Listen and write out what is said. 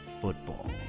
football